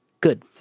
Good